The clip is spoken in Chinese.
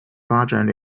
发展